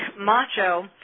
macho